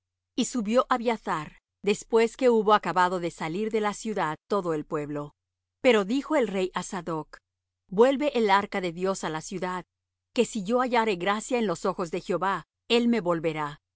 y subió abiathar después que hubo acabado de salir de la ciudad todo el pueblo pero dijo el rey á sadoc vuelve el arca de dios á la ciudad que si yo hallare gracia en los ojos de jehová él me volverá y